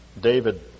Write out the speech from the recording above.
David